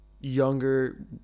younger